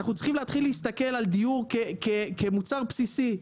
אנחנו צריכים להתחיל להסתכל על דיור כמוצר בסיסי,